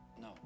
No